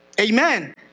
Amen